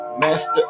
master